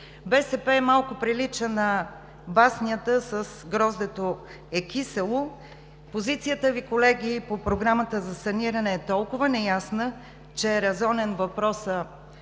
БСП малко прилича на баснята с киселото грозде. Позицията Ви, колеги, по Програмата за саниране е толкова неясна, че е резонен въпросът: